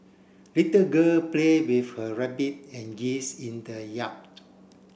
little girl play with her rabbit and geese in the yard